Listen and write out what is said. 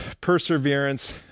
perseverance